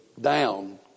down